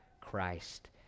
Christ